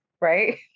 right